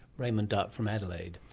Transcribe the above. raymond dart from adelaide.